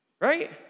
right